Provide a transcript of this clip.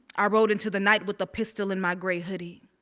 i rode into the night with a pistol in my grey hoodie,